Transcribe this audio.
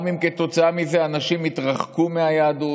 גם אם כתוצאה מזה אנשים יתרחקו מהיהדות,